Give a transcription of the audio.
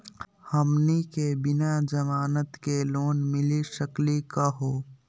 हमनी के बिना जमानत के लोन मिली सकली क हो?